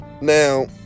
now